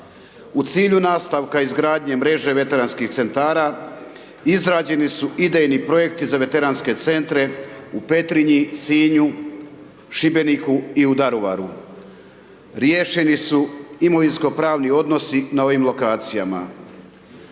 U cilju nastavka izgradnje mreže Veteranskih Centara izrađeni su idejni projekti za Veteranske Centre u Petrinji, Sinju, Šibeniku i u Daruvaru. Riješeni su imovinsko pravni odnosi na ovim lokacijama.